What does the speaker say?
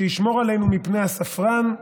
שישמור עלינו מפני הספרן,